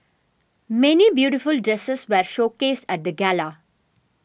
many beautiful dresses were showcased at the gala